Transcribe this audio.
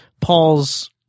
Paul's